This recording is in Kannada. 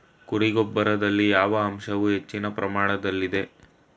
ಕುರಿ ಗೊಬ್ಬರದಲ್ಲಿ ಯಾವ ಅಂಶವು ಹೆಚ್ಚಿನ ಪ್ರಮಾಣದಲ್ಲಿದೆ?